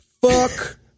Fuck